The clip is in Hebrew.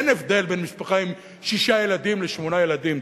אין הבדל בין משפחה עם שישה ילדים למשפחה עם שמונה ילדים.